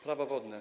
Prawo wodne.